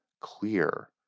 clear